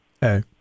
hey